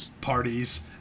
parties